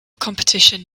competition